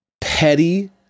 petty